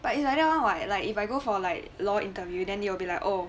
but it's like that [one] [what] like if I go for like law interview then you will be like oh